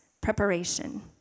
preparation